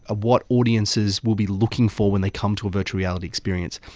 ah what audiences will be looking for when they come to a virtual reality experience.